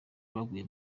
baguye